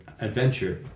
adventure